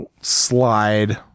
slide